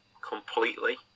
Completely